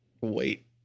Wait